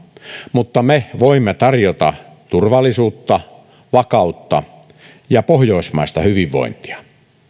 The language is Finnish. mutta me voimme tarjota turvallisuutta vakautta ja pohjoismaista hyvinvointia